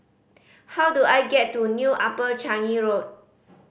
how do I get to New Upper Changi Road